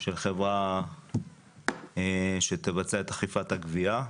של חברה שתבצע את אכיפת הגבייה.